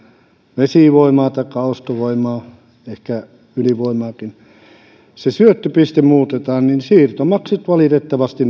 vesivoimaa taikka ostovoimaa ehkä ydinvoimaakin kun se syöttöpiste muutetaan niin siirtomaksit valitettavasti